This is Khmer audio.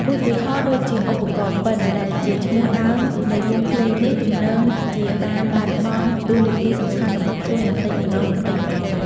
ឧទាហរណ៍ដូចជា ឧបករណ៍ពិណ ដែលជាឈ្មោះដើមនៃវង់ភ្លេងនេះ ទំនងជាបានបាត់បង់តួនាទីសំខាន់របស់ខ្លួនបន្តិចម្ដងៗ។